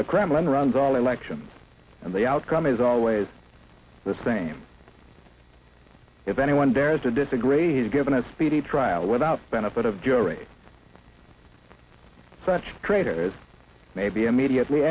the kremlin runs all elections and the outcome is always the same if anyone dares to disagree he's given a speedy trial without benefit of jury such traitors may be immediately